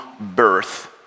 birth